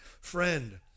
Friend